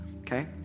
Okay